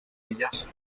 ellas